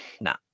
nah